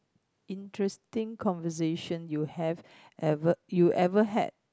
interesting conversation you had ever you ever had